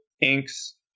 inks